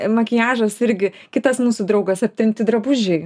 makiažas irgi kitas mūsų draugas aptempti drabužiai